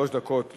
שלוש דקות לרשותך,